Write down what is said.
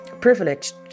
privileged